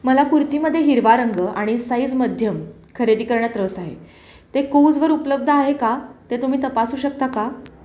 मला कुर्तीमध्ये हिरवा रंग आणि साईज मध्यम खरेदी करण्यात रस आहे ते कुव्जवर उपलब्ध आहे का ते तुम्ही तपासू शकता का